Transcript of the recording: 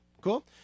Cool